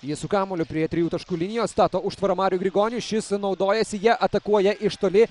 jis su kamuoliu prie trijų taškų linijos stato užtvarą mariui grigoniui šis naudojasi ja atakuoja iš toli